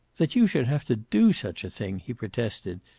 that you should have to do such a thing! he protested.